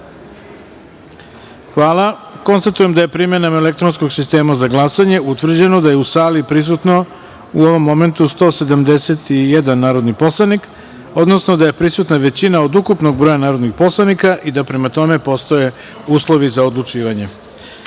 jedinice. Hvala. Konstatujem da je primenom elektronskog sistema za glasanje, utvrđeno da je u sali prisutno, u ovom momentu, 171 narodni poslanik, odnosno da je prisutna većina od ukupnog broja narodnih poslanika i da prema tome postoje uslovi za odlučivanje. Prelazimo